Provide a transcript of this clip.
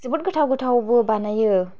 जोबोद गोथाव गोथावबो बानायो